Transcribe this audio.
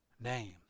name